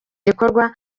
gikorwa